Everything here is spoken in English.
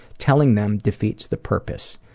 telling them defeats the purpose.